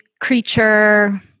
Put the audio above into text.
creature